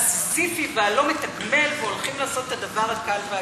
הסיזיפי והלא-מתגמל והולכים לעשות את הדבר הקל והכייפי,